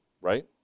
right